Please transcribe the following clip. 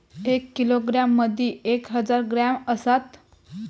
एक किलोग्रॅम मदि एक हजार ग्रॅम असात